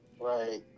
right